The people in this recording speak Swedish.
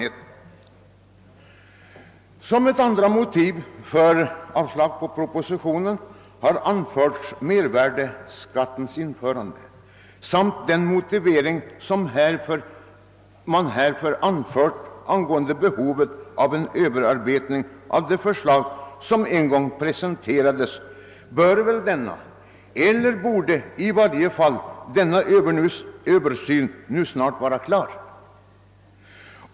Ett annat motiv för avslag på propositionen har varit mervärdeskattens införande samt behovet av överarbetning av det förslag som en gång presenterades... Den Ööverarbetningen borde väl ändå snart vara klar.